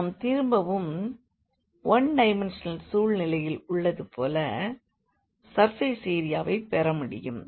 நாம் திரும்பவும் 1 டைமென்ஷனல் சூழ்நிலையில் உள்ளது போல சர்ஃபேஸ் ஏரியாவை பெற முடியும்